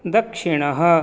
दक्षिणः